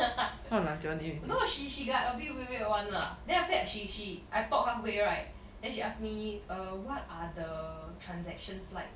no ah she she got a bit weird weird [one] lah then after that she she I talk halfway right then she ask me uh what are the transactions like